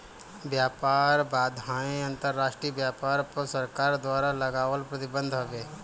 व्यापार बाधाएँ अंतरराष्ट्रीय व्यापार पअ सरकार द्वारा लगावल प्रतिबंध हवे